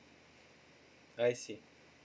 I see